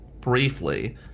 briefly